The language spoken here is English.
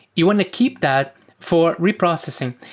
you want to keep that for reprocessing.